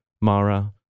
Mara